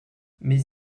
mais